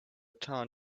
town